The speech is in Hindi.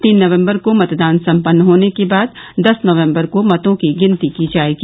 तीन नवम्बर को मतदान सम्पन्न होने के बाद दस नवम्बर को मतों की गिनती की जायेगी